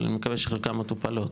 אבל אני מקווה שחלקן מטופלות,